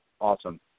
Awesome